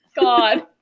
God